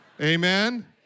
Amen